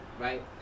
right